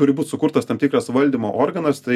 turi būt sukurtas tam tikras valdymo organas tai